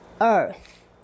Earth